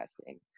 testing